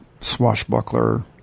swashbuckler